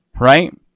Right